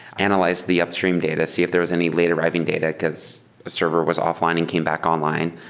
analyze the upstream data. see if there is any late arriving data, because a server was offline and came back online,